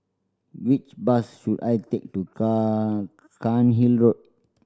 which bus should I take to Cairnhill Road